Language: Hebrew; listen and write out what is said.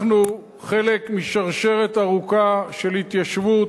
אנחנו חלק משרשרת ארוכה של התיישבות,